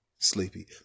sleepy